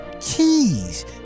keys